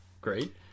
great